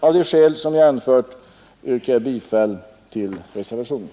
Av de skäl som jag anfört yrkar jag bifall till reservationen.